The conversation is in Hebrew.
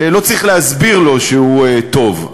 לא צריך להסביר לו שהוא טוב.